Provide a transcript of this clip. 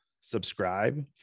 subscribe